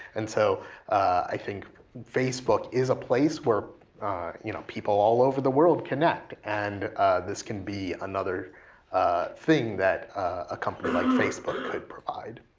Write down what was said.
and so i think facebook is a place where you know people all over the world connect. and this can be another thing that a company like facebook could provide.